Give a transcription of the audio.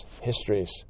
histories